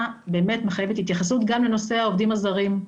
באמת מחייבת התייחסות גם לנושא העובדים הזרים.